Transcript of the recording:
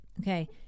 Okay